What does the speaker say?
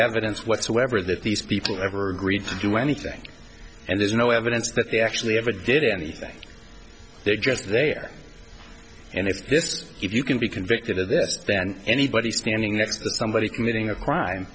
evidence whatsoever that these people ever agreed to do anything and there's no evidence that they actually ever did anything they just they are and if this if you can be convicted of this then anybody standing next to somebody committing a crime